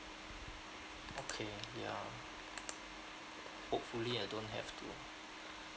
okay ya hopefully I don't have to